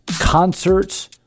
concerts